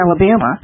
Alabama